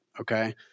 okay